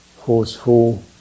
Forceful